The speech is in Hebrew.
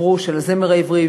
של הזמר העברי,